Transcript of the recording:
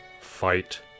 fight